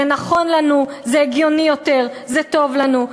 זה נכון לנו, זה הגיוני יותר, זה טוב לנו.